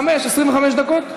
חמש, 25 דקות?